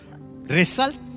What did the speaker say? Result